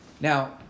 Now